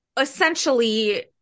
essentially